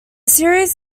series